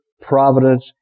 providence